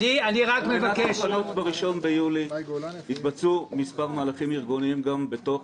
על מנת לפנות ב-1 ביולי יתבצעו כמה מהלכים ארגוניים גם בתוך